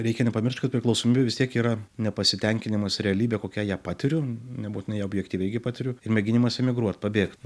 reikia nepamiršt kad priklausomybių vis tiek yra nepasitenkinimas realybe kokia ją patiriu nebūtinai objektyviai kaip patiriu ir mėginimas emigruot pabėgt